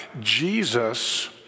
Jesus